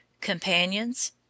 Companions